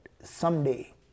someday